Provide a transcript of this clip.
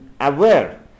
aware